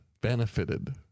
benefited